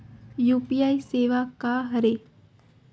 UPI सेवा का हरे?